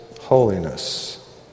holiness